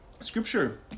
Scripture